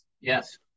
Yes